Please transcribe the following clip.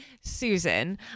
Susan